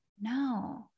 no